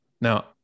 Now